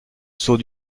sceau